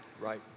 Right